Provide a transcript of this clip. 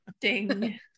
Ding